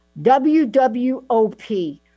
WWOP